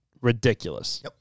ridiculous